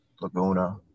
Laguna